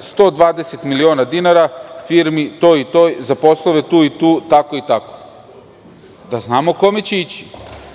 120 miliona dinara firmi toj i toj, za poslove tu i tu, tako i tako. Da znamo kome će ići.